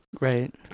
right